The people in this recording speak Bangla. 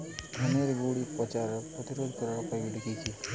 ধানের গুড়ি পচা রোগ প্রতিরোধ করার উপায়গুলি কি কি?